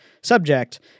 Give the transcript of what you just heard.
subject